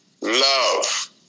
love